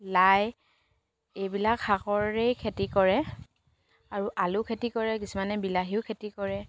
লাই এইবিলাক শাকৰেই খেতি কৰে আৰু আলু খেতি কৰে কিছুমানে বিলাহীও খেতি কৰে